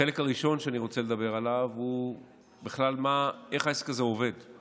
החלק הראשון שאני רוצה לדבר עליו הוא איך העסק הזה עובד בכלל.